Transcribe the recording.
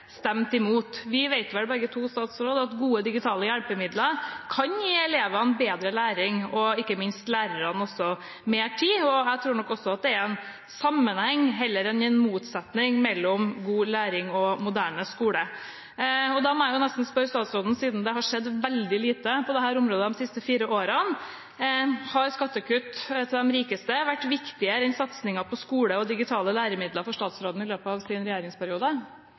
imot. Vi vet vel begge at gode digitale hjelpemidler kan gi elevene bedre læring, og ikke minst også lærerne mer tid. Jeg tror at det er en sammenheng heller enn en motsetning mellom god læring og moderne skole. Da må jeg spørre statsråden, siden det har skjedd veldig lite på dette området de siste fire årene: Har skattekutt til de rikeste vært viktigere for statsråden i hans regjeringsperiode enn satsingen på skole og digitale læremidler? Det å sørge for at vi har arbeidsplasser i